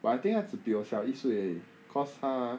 but I think 她只比我小一岁而已 because 她